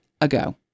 ago